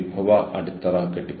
നിങ്ങൾക്ക് അത് എവിടെയും കിട്ടില്ല